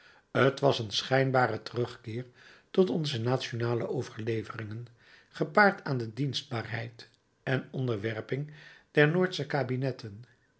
t was een schijnbare terugkeer tot onze nationale overleveringen gepaard aan de dienstbaarheid en onderwerping der noordsche kabinetten